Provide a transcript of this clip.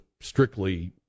strictly